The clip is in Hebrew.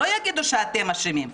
לא יגידו שאתם אשמים,